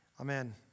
Amen